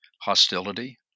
hostility